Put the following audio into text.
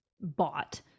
bought